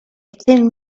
thin